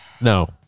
No